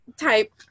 type